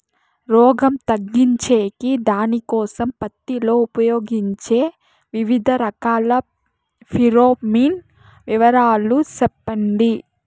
రోగం తగ్గించేకి దానికోసం పత్తి లో ఉపయోగించే వివిధ రకాల ఫిరోమిన్ వివరాలు సెప్పండి